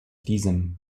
diesem